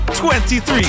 23